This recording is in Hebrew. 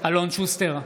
אלון שוסטר,